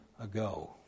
ago